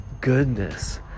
goodness